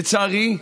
לצערי,